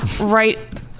right